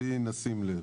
בלי לשים לב.